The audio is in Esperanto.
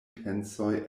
pensoj